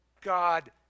God